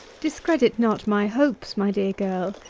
discredit not my hopes, my dear girl.